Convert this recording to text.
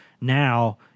now